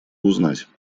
узнать